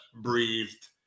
breathed